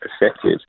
effective